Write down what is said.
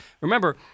Remember